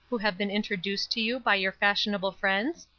who have been introduced to you by your fashionable friends?